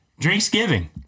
Drinksgiving